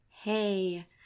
Hey